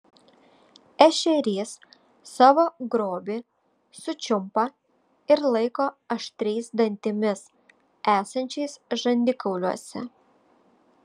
ešerys savo grobį sučiumpa ir laiko aštriais dantimis esančiais žandikauliuose